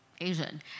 Asian